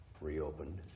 reopened